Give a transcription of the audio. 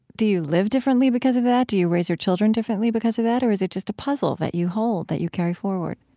do you live differently because of that? do you raise your children differently because of that? or is it just a puzzle that you hold, that you carry forward?